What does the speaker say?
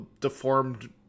deformed